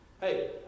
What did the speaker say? Hey